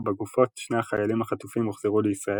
בה גופות שני החיילים החטופים הוחזרו לישראל